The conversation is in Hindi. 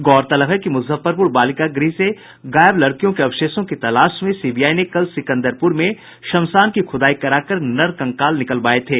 गौरतलब है कि मूजफ्फरपूर बालिका गृह से गायब लड़कियों के अवशेषों की तलाश में सीबीआई ने कल सिकंदरपुर में श्मशान में खूदाई कराकर नरकंकाल निकलवाये थे